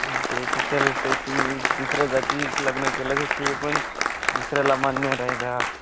हां ते तर चालतं आहे तुम्ही दुसऱ्या जातीत लग्न केलं तर ते पण दुसऱ्याला मान्य नाही राहत